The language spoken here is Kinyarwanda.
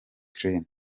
ukraine